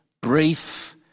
brief